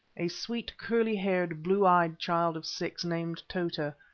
a sweet, curly-haired, blue-eyed child of six, named tota,